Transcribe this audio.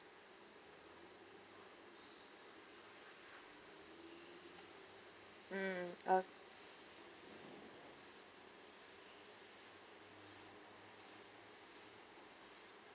mm oh